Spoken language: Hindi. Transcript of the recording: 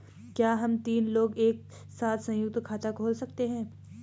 क्या हम तीन लोग एक साथ सयुंक्त खाता खोल सकते हैं?